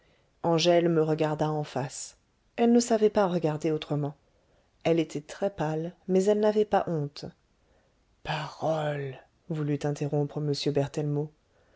angèle me regarda en face elle ne savait pas regarder autrement elle était très pâle mais elle n'avait pas honte parole voulut interrompre m